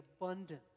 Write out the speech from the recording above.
abundance